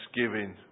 thanksgiving